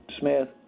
Smith